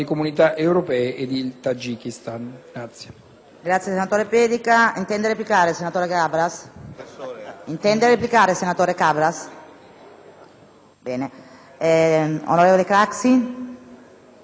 affari esteri*. L'Accordo di partenariato e di cooperazione rappresenta uno strumento prezioso nelle nostre relazioni con Dusanbe non solo nella lotta contro il